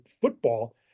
football